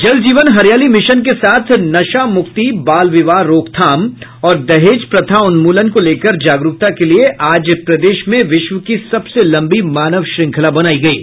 जल जीवन हरियाली मिशन के साथ नशा मुक्ति बाल विवाह रोकथाम और दहेज प्रथा उन्मूलन को लेकर जागरूकता के लिये आज प्रदेश में विश्व की सबसे लंबी मानव श्रृंखला बनायी गयी